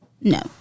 No